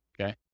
okay